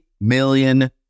million